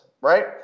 right